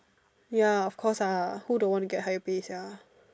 ya of course ah who don't want to get high pay sia